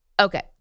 okay